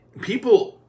people